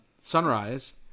sunrise